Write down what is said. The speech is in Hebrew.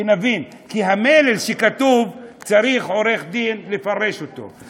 שנבין, כי המלל שכתוב, צריך עורך-דין לפרש אותו.